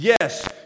Yes